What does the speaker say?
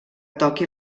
toqui